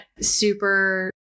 super